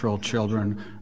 Children